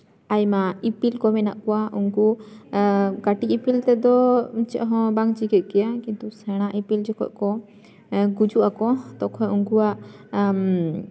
ᱟᱭᱢᱟ ᱤᱯᱤᱞ ᱠᱚ ᱢᱮᱱᱟᱜ ᱠᱚᱣᱟ ᱩᱱᱠᱩ ᱠᱟᱹᱴᱤᱡ ᱤᱯᱤᱞ ᱛᱮᱫᱚ ᱪᱮᱫᱦᱚᱸ ᱵᱟᱝ ᱪᱤᱠᱟᱹᱜ ᱜᱮᱭᱟ ᱠᱤᱱᱛᱩ ᱥᱮᱬᱟ ᱤᱯᱤᱞ ᱡᱚᱠᱷᱚᱡ ᱠᱚ ᱜᱩᱡᱩᱜ ᱟᱠᱚ ᱛᱚᱠᱷᱚᱡ ᱩᱱᱠᱩᱣᱟᱜ